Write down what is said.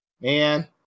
man